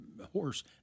horse